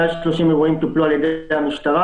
130 אירועים טופלו על ידי המשטרה.